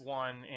one